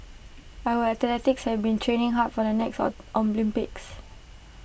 our athletes have been training hard for the next Olympics